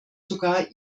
sogar